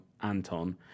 Anton